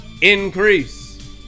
increase